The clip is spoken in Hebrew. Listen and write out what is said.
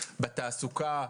בתעסוקה,